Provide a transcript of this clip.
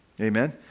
Amen